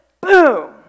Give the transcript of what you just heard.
Boom